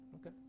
Okay